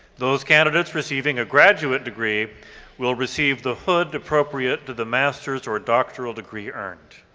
those candidates receiving a graduate degree will receive the hood appropriate to the masters or doctoral degree earned.